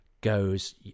goes